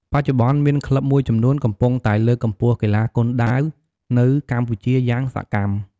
បច្ចុប្បន្ន មាន ក្លឹបមួយចំនួន កំពុងតែ លើកកម្ពស់កីឡាគុនដាវ នៅ កម្ពុជា យ៉ាងសកម្ម។